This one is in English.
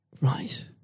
Right